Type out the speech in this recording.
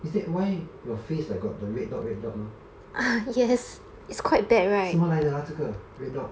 is that why your face like got the red dot red dot [one] 什么来的啊这个 red dot